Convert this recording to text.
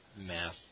math